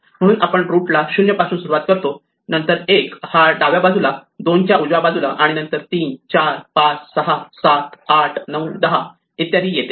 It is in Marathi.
म्हणून आपण रुटला 0 पासून सुरुवात करतो नंतर 1 हा डाव्या बाजूला 2 हा उजव्या बाजूला आणि नंतर 3 4 5 6 7 8 9 10 इत्यादी येते